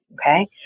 Okay